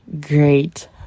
great